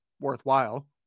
worthwhile